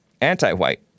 anti-white